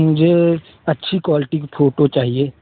मुझे अच्छी क्वालटी की फोटो चाहिए